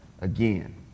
again